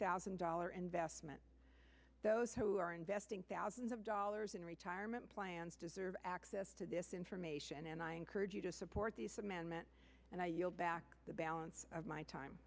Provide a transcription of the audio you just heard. thousand dollar investment those who are investing thousands of dollars in retirement plans deserve access to this information and i encourage you to support this amendment and i yield back the balance of my time